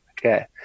Okay